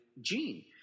Gene